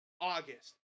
August